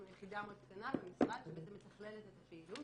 אנחנו יחידה מאוד קטנה למשרד שבעצם מתכללת את הפעילות